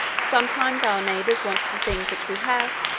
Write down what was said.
sometimes our neighbours want the things which we have,